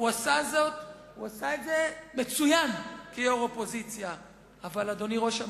הוא עשה את זה מצוין כיושב-ראש האופוזיציה.